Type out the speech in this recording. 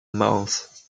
mouth